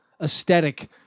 aesthetic